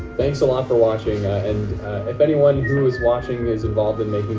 thanks a lot for watching and if anyone who is watching is involved in making